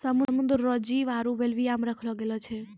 समुद्र रो जीव आरु बेल्विया मे रखलो गेलो छै